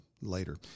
later